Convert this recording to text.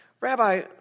Rabbi